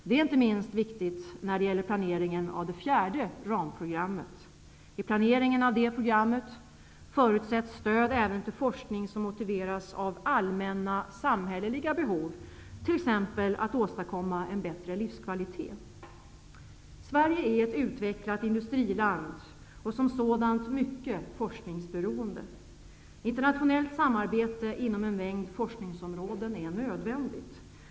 Det är inte minst viktigt när det gäller planeringen av det fjärde ramprogrammet. I planeringen av det programmet förutsätts stöd även till forskning som motiveras av allmänna samhälleliga behov, t.ex. att åstadkomma en bättre livskvalitet. Sverige är ett utvecklat industriland och som sådant mycket forskningsberoende. Internationellt samarbete inom en mängd forskningsområden är nödvändigt.